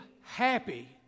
happy